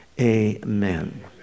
amen